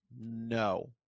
No